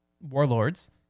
warlords